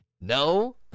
No